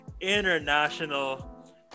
international